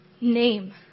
name